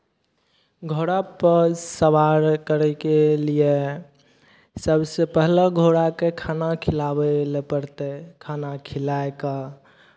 घोड़ापर सवार करयके लिए सभसँ पहिला घोड़ाकेँ खाना खिलाबै लए पड़तै खाना खिलाय कऽ